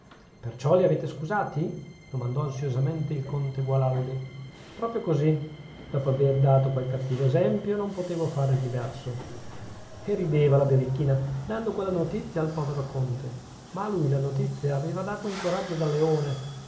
perciò li avete scusati domandò ansiosamente il conte gualandi proprio così dopo aver dato quel cattivo esempio non potevo fare diverso e rideva la birichina dando quella notizia al povero conte ma a lui la notizia aveva dato un coraggio da leone